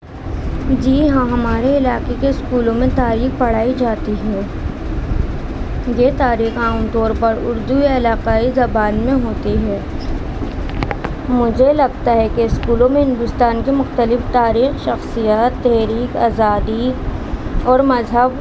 جی ہاں ہمارے علاقے کے اسکولوں میں تاریخ پڑھائی جاتی ہے یہ تاریخ عام طور پر اردو یا علاقائی زبان میں ہوتی ہے مجھے لگتا ہے کہ اسکولوں میں ہندوستان کے مختلف تاریخ شخصیت تحریک آزادی اور مذہب